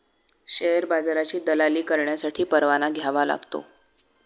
share बाजाराची दलाली करण्यासाठी परवाना घ्यावा लागतो